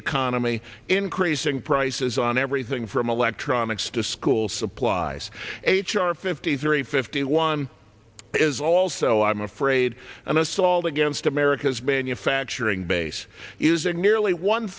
economy increasing prices on everything from electronics to school supplies h r fifty three fifty one is also i'm afraid an assault against america's manufacturing base is a nearly one